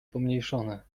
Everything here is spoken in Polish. pomniejszone